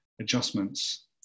adjustments